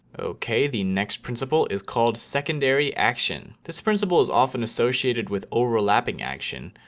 ok. the next principle is called secondary action. this principle is often associated with overlapping action.